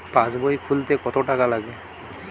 পাশবই খুলতে কতো টাকা লাগে?